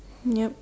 ya